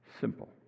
Simple